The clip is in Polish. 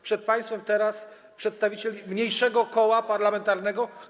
Przed państwem stoi teraz przedstawiciel mniejszego koła parlamentarnego.